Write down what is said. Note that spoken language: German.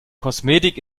kosmetik